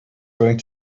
going